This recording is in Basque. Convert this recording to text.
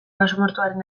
basamortuaren